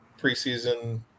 preseason